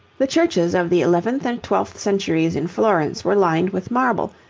the churches of the eleventh and twelfth centuries in florence were lined with marble,